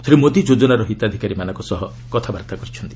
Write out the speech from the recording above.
ଶ୍ରୀ ମୋଦୀ ଯୋଚ୍ଚନାର ହିତାଧିକାରୀମାନଙ୍କ ସହ କଥାବାର୍ତ୍ତା କରିଛନ୍ତି